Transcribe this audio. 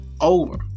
over